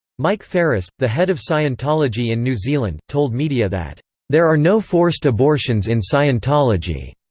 mike ferriss, the head of scientology in new zealand, told media that there are no forced abortions in scientology.